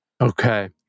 Okay